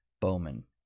Bowman